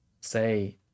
say